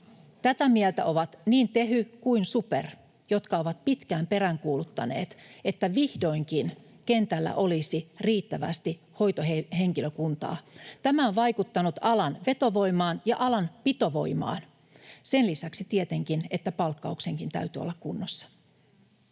Tätä mieltä ovat niin Tehy kuin SuPer, jotka ovat pitkään peräänkuuluttaneet, että vihdoinkin kentällä olisi riittävästi hoitohenkilökuntaa. Tämä on vaikuttanut alan vetovoimaan ja alan pitovoimaan, sen lisäksi tietenkin, että palkkauksenkin täytyy olla kunnossa.